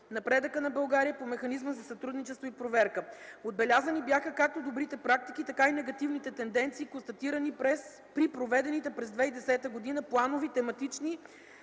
напредъка на България по механизма за сътрудничество и проверка. Отбелязани бяха както добрите практики, така и негативните тенденции, констатирани при проведените през 2010 г. планови, тематични,